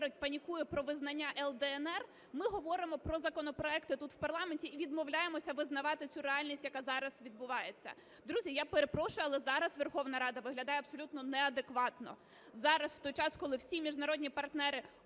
панікує про визнання "ЛДНР", ми говоримо про законопроекти тут, в парламенті, і відмовляємося визнавати цю реальність, яка зараз відбувається. Друзі, я перепрошую, але зараз Верховна Рада виглядає абсолютно неадекватно. Зараз, в той час, коли всі міжнародні партнери